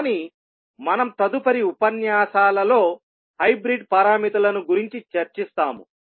కానీ మనం తదుపరి ఉపన్యాసాలలో హైబ్రిడ్ పారామితులను గురించి చర్చిస్తాము